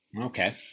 Okay